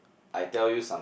I tell you some